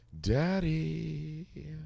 Daddy